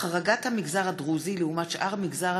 החרגת המגזר הדרוזי לעומת שאר מגזר